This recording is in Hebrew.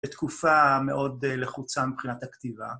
בתקופה מאוד לחוצה מבחינת הכתיבה.